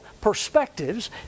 perspectives